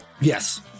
Yes